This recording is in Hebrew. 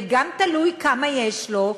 וגם תלוי כמה יש לו,